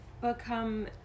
become